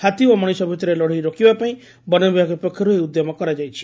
ହାତୀ ଓ ମଶିଷ ଭିତରେ ଲଢେଇ ରୋକିବା ପାଇଁ ବନ ବିଭାଗ ପକ୍ଷରୁ ଏହି ଉଦ୍ୟମ କରାଯାଇଛି